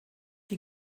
die